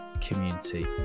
community